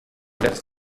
des